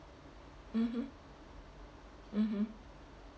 mmhmm mmhmm